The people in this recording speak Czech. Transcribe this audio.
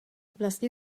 vlastně